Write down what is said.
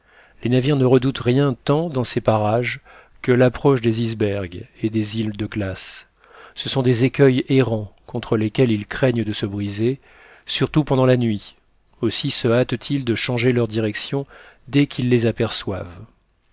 les navires ne redoutent rien tant dans ces parages que l'approche des icebergs et des îles de glace ce sont des écueils errants contre lesquels ils craignent de se briser surtout pendant la nuit aussi se hâtent-ils de changer leur direction dès qu'ils les aperçoivent